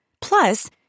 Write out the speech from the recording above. Plus